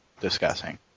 discussing